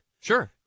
Sure